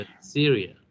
Syria